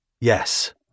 Yes